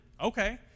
Okay